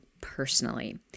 personally